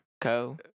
Co